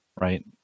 Right